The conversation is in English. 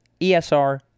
ESR